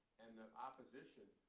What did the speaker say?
and the opposition,